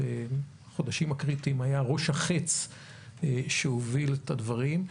בחודשים הקריטיים הוא היה ראש החץ שהוביל את הדברים,